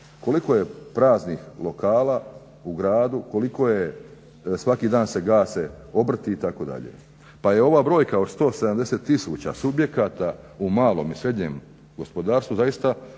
koliko je praznih lokala u gradu, koliko je svaki dan se gase obrti itd. Pa je ova brojka od 170 tisuća subjekata u malom i srednjem gospodarstvu zaista